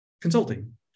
consulting